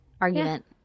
argument